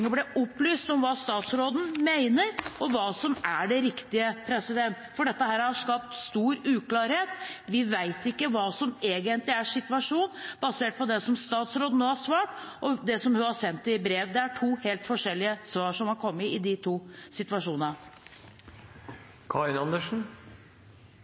opplyst om hva statsråden mener, og hva som er det riktige, for dette har skapt stor uklarhet. Vi vet ikke hva som egentlig er situasjonen, basert på det som statsråden nå har svart, og det hun har sendt i brev. Det er to helt forskjellige svar som er kommet i de to